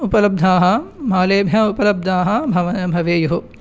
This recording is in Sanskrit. उपलब्धाः बालेभ्यः उपलब्धाः भव् भवेयुः